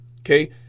Okay